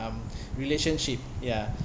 um relationship ya